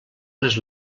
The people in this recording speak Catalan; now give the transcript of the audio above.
les